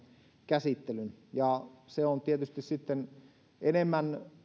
käsittelyn se on tietysti sitten enemmän